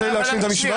שכמעט לא קורה פה.